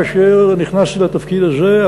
כאשר נכנסתי לתפקיד הזה,